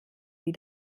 wie